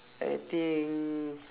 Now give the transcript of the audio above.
I think